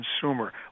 consumer